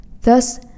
Thus